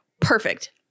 Perfect